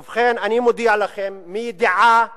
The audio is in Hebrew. ובכן, אני מודיע לכם מידיעה ברורה: